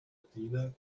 athener